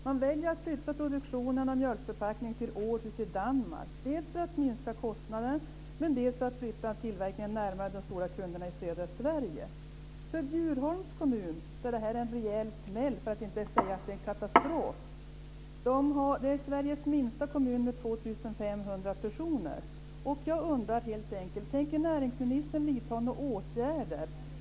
Man väljer att flytta produktionen av mjölkförpackningar till Århus i Danmark, dels för att minska kostnaden, dels för att flytta tillverkningen närmare de stora kunderna i södra Sverige. För Bjurholms kommun är detta en rejäl smäll, för att inte säga en katastrof. Det är Sveriges minsta kommun med 2 500 invånare. Tänker näringsministern vidta några åtgärder?